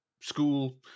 school